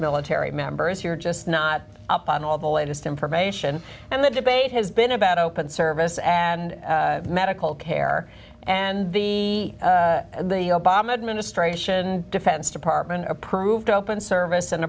military members here just not up on all the latest information and the debate has been about open service and medical care and the and the obama administration defense department approved open service and